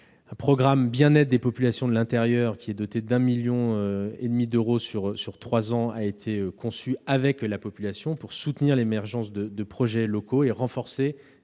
Le programme « bien-être des populations de l'intérieur », doté de 1,5 million d'euros à débloquer sur trois ans, a été conçu avec la population pour soutenir l'émergence de projets locaux et renforcer